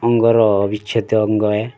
ଅଙ୍ଗର୍ ବିଛେଦ୍ୟ ଅଙ୍ଗ ହେ